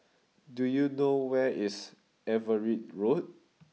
do you know where is Everitt Road